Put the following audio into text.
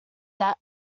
that